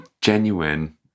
Genuine